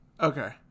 Okay